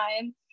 time